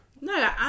no